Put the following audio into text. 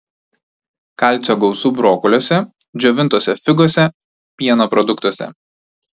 kalcio gausu brokoliuose džiovintose figose pieno produktuose